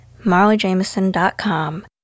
MarleyJameson.com